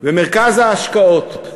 ומרכז השקעות,